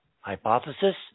hypothesis